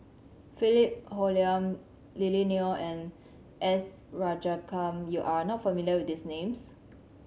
Philip Hoalim Lily Neo and S Rajaratnam you are not familiar with these names